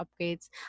upgrades